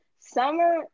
summer